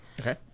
Okay